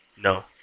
No